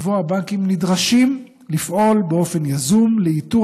ובו הבנקים נדרשים לפעול באופן יזום לאיתור